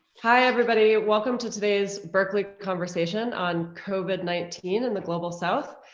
hi, everybody. welcome to today's berkeley conversation on covid nineteen in the global south,